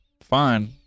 Fine